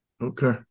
Okay